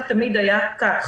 ותמיד היה כך.